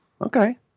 okay